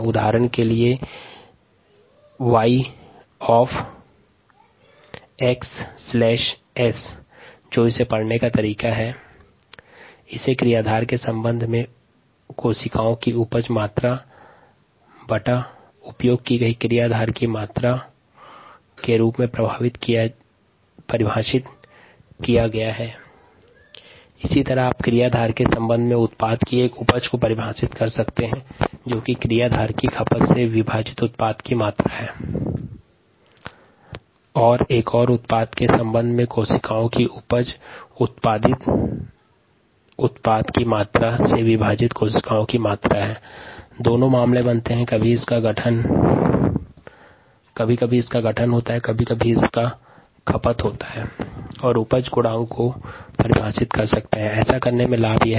उपज गुणांक YxS क्रियाधार के सन्दर्भ में कोशिका द्वारा उत्पादित मात्रा भागित उपयोग की गयी क्रियाधार की मात्रा के रूप में परिभाषित किया जाता है जो निम्नानुसार है YxSamountofcellsproducedamountofsubstrateconsumed उत्पाद के संदर्भ में उपज गुणांक YpS उत्पाद निर्माण की मात्रा भागित उपयोग की गयी क्रियाधार की मात्रा के बराबर है जो की निम्नानुसार है YpSamountofproductformedamountofsubstrateconsumed और एक और प्रोडक्ट के संबंध में सेल्स की generation amount of cells produce 𝑎𝑚𝑜𝑢𝑛𝑡 𝑜𝑓 𝑐𝑒𝑙𝑙𝑠 𝑝𝑟𝑜𝑑𝑢𝑐𝑒𝑑 या उत्पादित कोशिका की मात्रा बटा अमाउंट ऑफ़ प्रोडक्ट फॉर्मड 𝑎𝑚𝑜𝑢𝑛𝑡 𝑜𝑓 𝑝𝑟𝑜𝑑𝑢𝑐𝑡 𝑓𝑜𝑟𝑚𝑒𝑑 उत्पादित उत्पाद की मात्रा हैं